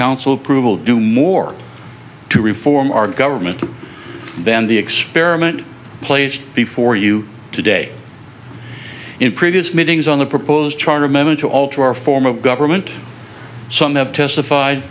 council approval do more to reform our government then the experiment placed before you today in previous meetings on the proposed charter meant to alter our form of government some have testif